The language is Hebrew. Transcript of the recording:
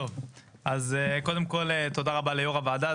קודם כל תודה ליו"ר הוועדה,